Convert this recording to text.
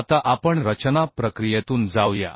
आता आपण रचना प्रक्रियेतून जाऊया